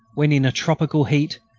when, in a tropical heat,